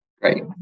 great